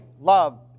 love